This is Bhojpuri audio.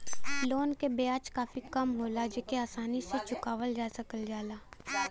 लोन क ब्याज काफी कम होला जेके आसानी से चुकावल जा सकल जाला